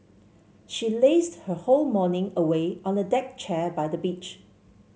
she lazed her whole morning away on a deck chair by the beach